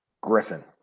Griffin